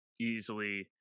easily